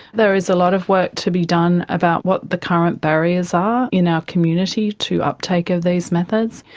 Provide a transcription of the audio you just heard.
there is a lot of work to be done about what the current barriers are in our community to uptake of these methods.